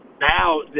Now